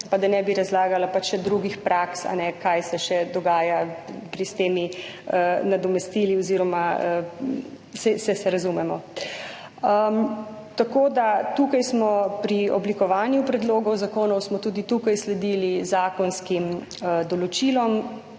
Pa ne bi razlagala še drugih praks, kaj se še dogaja s temi nadomestili oziroma saj se razumemo. Tako da pri oblikovanju predlogov zakonov smo tudi tukaj sledili zakonskim določilom